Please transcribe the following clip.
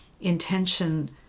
intention